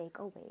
takeaway